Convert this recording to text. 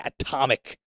atomic